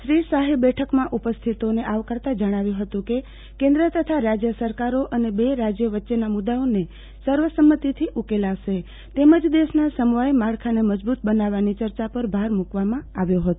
શ્રી શાહે બેઠકમાં ઉપસ્થિતોને આવકારતા જણાવ્યું હતું કે કેન્દ્ર તથા રાજ્ય સરકારો અને બે રાજ્યો વચ્ચેના મુદ્દાઓને સર્વસમતિથી ઉકેલાશે તેમજ દેશના સમવાય માળખાને મજબૂત બનાવવાની ચર્ચા પર ભાર મુકવામાં આવ્યો હતો